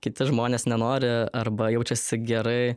kiti žmonės nenori arba jaučiasi gerai